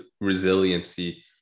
resiliency